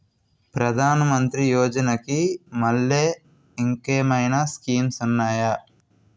ప్రధాన మంత్రి యోజన కి మల్లె ఇంకేమైనా స్కీమ్స్ ఉన్నాయా?